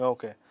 Okay